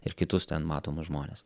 ir kitus ten matomus žmones